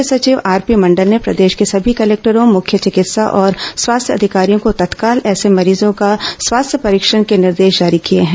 मुख्य सचिव आरपी मंडल ने प्रदेश के सभी कलेक्टरों मुख्य चिकित्सा और स्वास्थ्य अधिकारियों को तत्काल ऐसे मरीजों का स्वास्थ्य परीक्षण के निर्देश जारी किए हैं